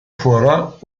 fuara